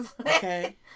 Okay